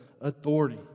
authority